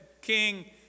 King